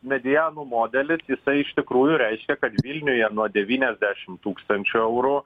medianų modelis jisai iš tikrųjų reiškia kad vilniuje nuo devyniasdešim tūkstančių eurų